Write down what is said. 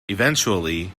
eventually